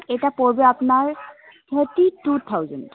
এটা পড়বে আপনার থার্টি টু থাউজেন্ট